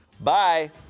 Bye